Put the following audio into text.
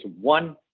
one